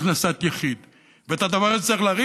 את הדבר הזה צריך להרים.